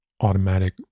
automatic